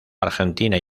argentina